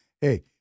Hey